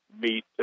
meet